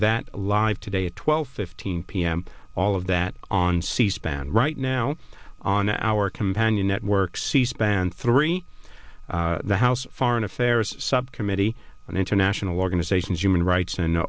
that live today at twelve fifteen p m all of that on c span right now on our companion network c span three the house foreign affairs subcommittee on international organizations human rights